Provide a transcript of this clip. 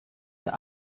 für